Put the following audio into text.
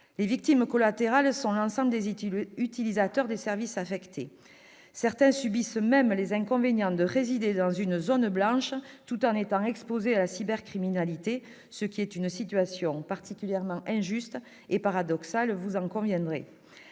Les victimes collatérales sont l'ensemble des utilisateurs des services affectés. Certains subissent même les inconvénients de résider dans une zone blanche tout en étant exposés à la cybercriminalité, ce qui est une situation particulièrement injuste et paradoxale, vous en conviendrez